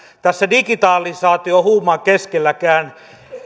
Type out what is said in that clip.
tässä digitalisaatiohuuman keskelläkään